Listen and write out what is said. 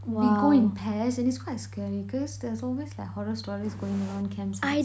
we go in pairs and it's quite scary cause there's always like horror stories going around campsites right